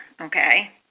Okay